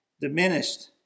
diminished